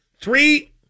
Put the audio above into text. three